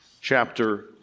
chapter